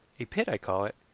a pit i call it,